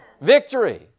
Victory